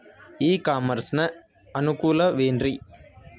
E commerce ನ ಅನುಕೂಲವೇನ್ರೇ?